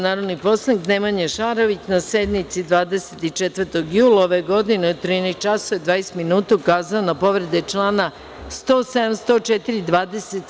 Narodni poslanik Nemanja Šarović, na sednici 24. jula ove godine, u 13 časova i 28 minuta, ukazao je na povrede članova 107, 104. i 27.